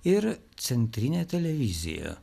ir centrinė televizija